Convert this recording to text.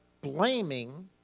blaming